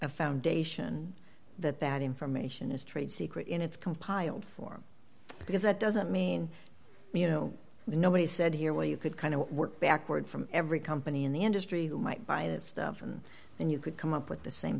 a foundation that that information is trade secret in its compiled form because that doesn't mean you know nobody said here where you could kind of work backward from every company in the industry who might buy that stuff and then you could come up with the same